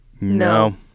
No